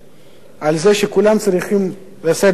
על זה שכולם צריכים לשאת בנטל,